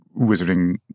wizarding